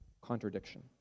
contradiction